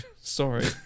Sorry